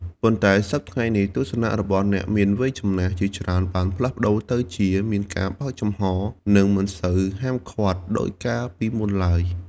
ប៉ុន្តែសព្វថ្ងៃនេះ ទស្សនៈរបស់អ្នកមានវ័យចំណាស់ជាច្រើនបានផ្លាស់ប្ដូរទៅជា មានការបើកចំហ និងមិនសូវហាមឃាត់ ដូចកាលពីមុនឡើយ។